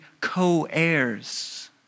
co-heirs